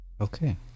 Okay